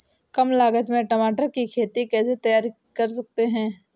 कम लागत में टमाटर की खेती कैसे तैयार कर सकते हैं?